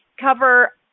cover